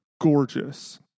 gorgeous